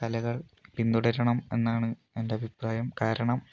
കലകൾ പിന്തുടരണം എന്നാണ് എൻ്റെ അഭിപ്രായം കാരണം